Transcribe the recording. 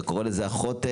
לא נקרא לזה אחות,